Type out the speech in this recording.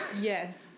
Yes